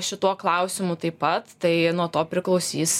šituo klausimu taip pat tai nuo to priklausys